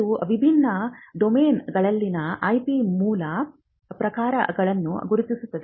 ಇದು ವಿಭಿನ್ನ ಡೊಮೇನ್ಗಳಲ್ಲಿನ IP ಮೂಲ ಪ್ರಕಾರಗಳನ್ನು ಗುರುತಿಸುತ್ತದೆ